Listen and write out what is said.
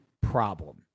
problem